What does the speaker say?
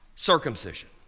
circumcision